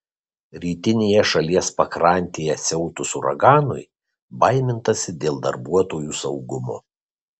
rytinėje šalies pakrantėje siautus uraganui baimintasi dėl darbuotojų saugumo